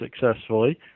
successfully